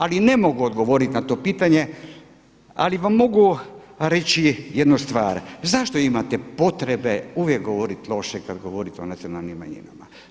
Ali ne mogu odgovorit na to pitanje, ali vam mogu reći jednu stvar zašto imate potrebe uvijek govoriti loše kad govorite o nacionalnim manjinama?